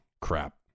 crap